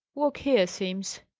walk here, simms.